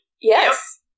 Yes